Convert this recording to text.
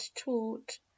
taught